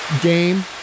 Game